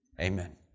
Amen